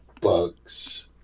bugs